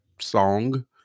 song